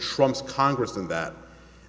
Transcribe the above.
trumps congress and that